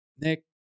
Nick